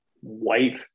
white